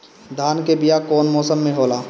धान के बीया कौन मौसम में होला?